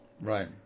Right